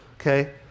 Okay